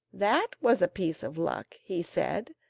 that was a piece of luck he said,